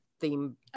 theme